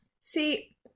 see